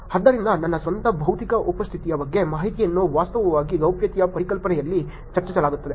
ಆದ್ದರಿಂದ ನನ್ನ ಸ್ವಂತ ಭೌತಿಕ ಉಪಸ್ಥಿತಿಯ ಬಗ್ಗೆ ಮಾಹಿತಿಯನ್ನು ವಾಸ್ತವವಾಗಿ ಗೌಪ್ಯತೆಯ ಪರಿಕಲ್ಪನೆಯಲ್ಲಿ ಚರ್ಚಿಸಲಾಗಿದೆ